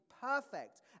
perfect